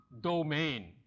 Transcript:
domain